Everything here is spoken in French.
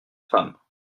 femmes